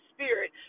Spirit